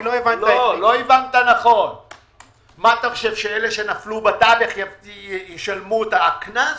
אתה חושב שאלה שנפלו בתווך ישלמו את הקנס?